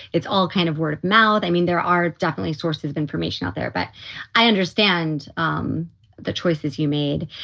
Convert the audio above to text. it's all kind of word of mouth. i mean, there are definitely sources of information out there. but i understand um the choices you made.